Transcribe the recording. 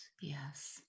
Yes